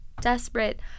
desperate